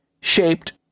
shaped